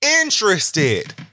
interested